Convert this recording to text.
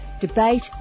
debate